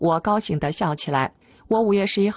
walk well we actually